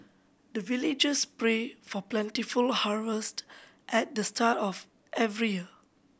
the villagers pray for plentiful harvest at the start of every year